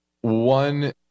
one